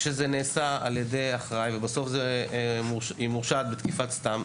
כשזה נעשה עלך ידי אחראי וסוף היא מורשעת בתקיפת סתם,